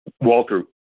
Walter